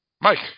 Mike